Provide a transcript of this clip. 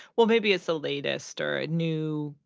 well, maybe it's the latest or a new,